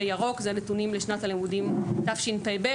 אלה הנתונים לשנת הלימודים תשפ"ב,